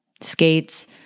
skates